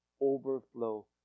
overflow